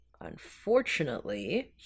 Unfortunately